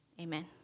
Amen